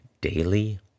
daily